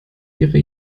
ihre